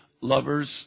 lovers